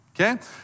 okay